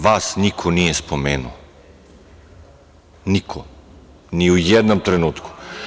Vas niko nije spomenuo, niko, ni u jednom trenutku.